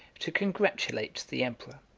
to congratulate the emperor.